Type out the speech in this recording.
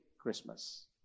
Christmas